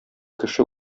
кеше